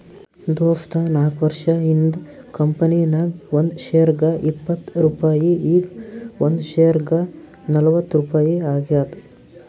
ದೋಸ್ತ ನಾಕ್ವರ್ಷ ಹಿಂದ್ ಕಂಪನಿ ನಾಗ್ ಒಂದ್ ಶೇರ್ಗ ಇಪ್ಪತ್ ರುಪಾಯಿ ಈಗ್ ಒಂದ್ ಶೇರ್ಗ ನಲ್ವತ್ ರುಪಾಯಿ ಆಗ್ಯಾದ್